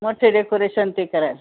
मोठी डेकोरेशन ते करा